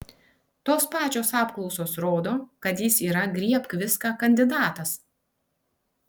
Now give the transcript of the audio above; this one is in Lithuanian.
tos pačios apklausos rodo kad jis yra griebk viską kandidatas